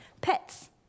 Pets